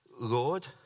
Lord